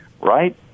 right